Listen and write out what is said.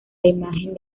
imagen